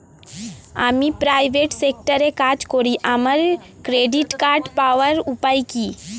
আমি প্রাইভেট সেক্টরে কাজ করি আমার ক্রেডিট কার্ড পাওয়ার উপায় কি?